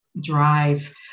drive